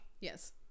Yes